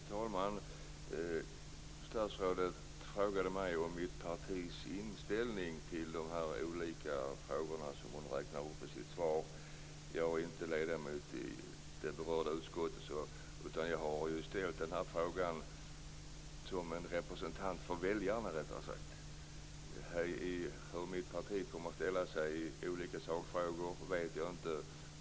Fru talman! Statsrådet frågade mig om mitt partis inställning till de olika frågor som hon räknade upp i sitt svar. Jag är inte ledamot i det berörda utskottet, utan jag har väckt denna interpellation som en representant för väljarna. Hur mitt parti kommer att ställa sig i olika sakfrågor vet jag inte.